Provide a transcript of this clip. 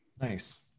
Nice